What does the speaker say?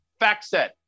FactSet